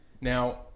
Now